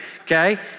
okay